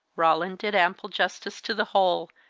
roland did ample justice to the whole,